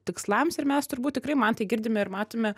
tikslams ir mes turbūt tikrai mantai girdime ir matome